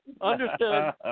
Understood